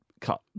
cut